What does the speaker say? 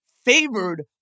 favored